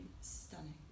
stunning